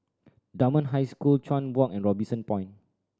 Dunman High School Chuan Walk and Robinson Point